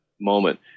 moment